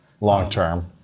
Long-term